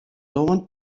lân